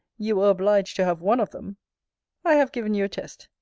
you were obliged to have one of them i have given you a test.